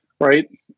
right